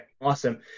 Awesome